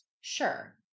sure